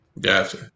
Gotcha